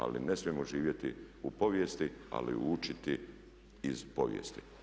Ali ne smijemo živjeti u povijesti ali učiti iz povijesti.